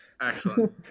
Excellent